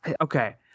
Okay